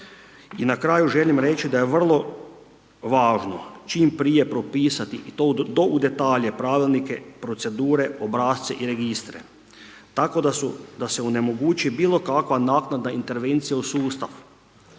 I na kraju želim reći da je vrlo važno čim prije propisati i to do u detalje pravilnike, procedure, obrasce i registre tako da se onemogući bilokakva naknadna intervencija u sustav.